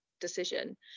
decision